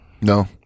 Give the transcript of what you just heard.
No